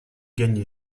gagné